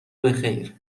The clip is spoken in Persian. بخیر